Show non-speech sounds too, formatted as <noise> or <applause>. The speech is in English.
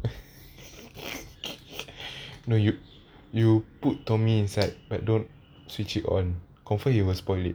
<laughs> no you you put tommy inside but don't switch it on confirm you will spoil it